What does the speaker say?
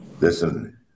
Listen